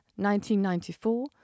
1994